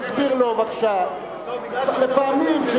תסביר לו בבקשה שלפעמים,